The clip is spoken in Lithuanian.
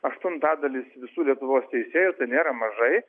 aštuntadalis visų lietuvos teisėjų tai nėra mažai